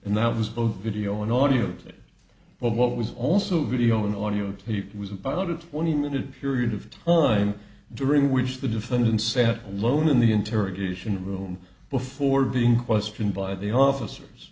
and that was both video and audiotape of what was also video an audiotape was about a twenty minute period of time during which the defendant sat alone in the interrogation room before being questioned by the officers